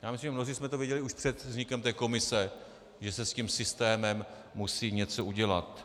Já myslím, že mnozí jsme to věděli už před vznikem té komise, že se s tím systémem musí něco udělat.